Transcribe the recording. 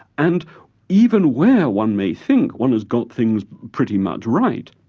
and even where one may think one has got things pretty much right,